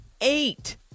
eight